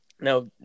Now